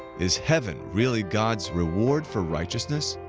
is heaven really god's reward for righteousness?